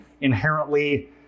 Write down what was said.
inherently